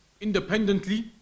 independently